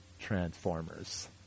Transformers